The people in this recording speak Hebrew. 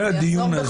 אחרי הדיון הזה.